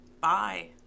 Bye